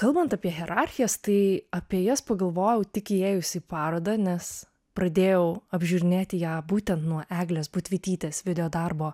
kalbant apie hierarchijas tai apie jas pagalvojau tik įėjus į parodą nes pradėjau apžiūrinėti ją būtent nuo eglės budvytytės videodarbo